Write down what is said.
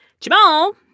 Jamal